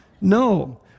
No